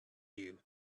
you